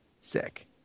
sick